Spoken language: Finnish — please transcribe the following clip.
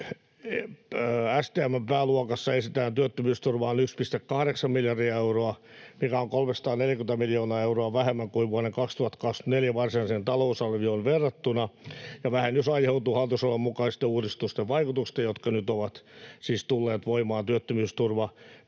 STM:n pääluokassa esitetään työttömyysturvaan 1,8 miljardia euroa, mikä on 340 miljoonaa euroa vähemmän kuin vuoden 2024 varsinaiseen talousarvioon verrattuna. Vähennys aiheutuu hallitusohjelman mukaisten uudistusten vaikutuksista, jotka nyt ovat siis tulleet voimaan työttömyysturvaan